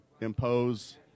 impose